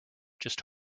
just